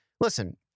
listen—